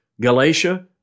Galatia